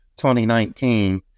2019